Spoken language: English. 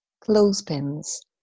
clothespins